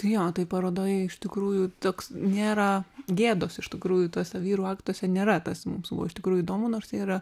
jo toj parodoj iš tikrųjų toks nėra gėdos iš tikrųjų tuose vyrų aktuose nėra tas mums buvo iš tikrųjų įdomu nors tai yra